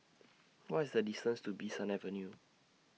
What IS The distance to Bee San Avenue